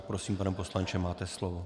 Prosím, pane poslanče, máte slovo.